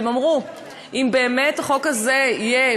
הם אמרו: אם באמת החוק הזה יהיה,